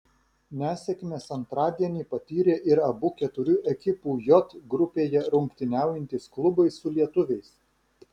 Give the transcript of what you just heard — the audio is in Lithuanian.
nesėkmes antradienį patyrė ir abu keturių ekipų j grupėje rungtyniaujantys klubai su lietuviais